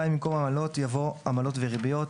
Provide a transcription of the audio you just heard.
"עמלות" יבוא "עמלות וריביות".